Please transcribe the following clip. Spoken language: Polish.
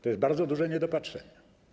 To jest bardzo duże niedopatrzenie.